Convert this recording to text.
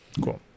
Cool